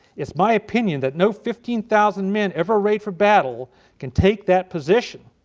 is my opinion that no fifteen thousand men ever arrayed for battle can take that position,